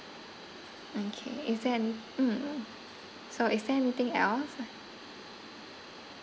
mm K is there any mm so is there anything else